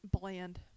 bland